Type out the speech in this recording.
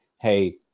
hey